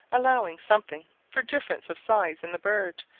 allowing something for difference of size in the bird,